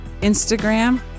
Instagram